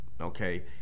okay